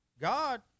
God